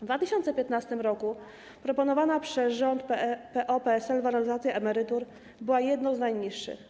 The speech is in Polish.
W 2015 r. proponowana przez rząd PO-PSL waloryzacja emerytur była jedną z najniższych.